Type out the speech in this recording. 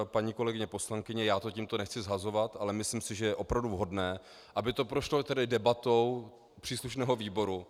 Paní poslankyně, já to tímto nechci shazovat, ale myslím si, že je opravdu vhodné, aby to prošlo debatou příslušného výboru.